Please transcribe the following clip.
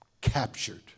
captured